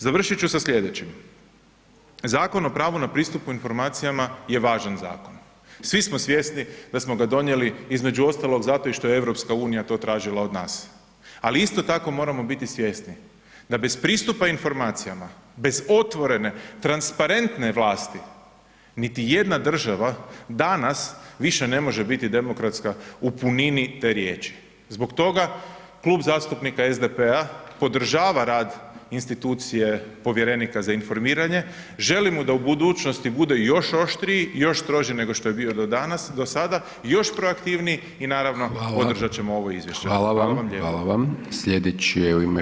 Završit ću sa slijedećim, Zakon o pravu na pristup informacijama je važan zakon, svi smo svjesni da smo ga donijeli između ostalog zato i što je EU to tražila od nas, ali isto tako moramo biti svjesni da bez pristupa informacijama, bez otvorene, transparentne vlasti, niti jedna država danas više ne može biti demokratska u punini te riječi, zbog toga Klub zastupnika SDP-a podržava rad institucije povjerenika za informiranje, želim mu da u budućnosti bude još oštriji, još stroži nego što je bio do danas, do sada i još pro aktivniji i naravno [[Upadica: Hvala]] podržat ćemo ovo izvješće [[Upadica: Hvala vam]] Hvala vam lijepa.